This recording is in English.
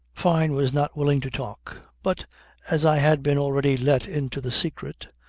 fyne was not willing to talk but as i had been already let into the secret,